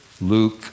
Luke